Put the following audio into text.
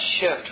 shift